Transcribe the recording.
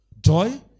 joy